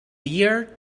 year